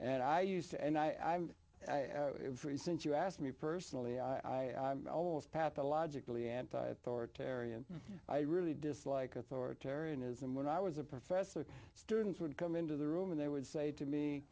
and i used to and i'm free since you asked me personally i always pathologically anti authoritarian i really dislike authoritarianism when i was a professor students would come into the room and they would say to me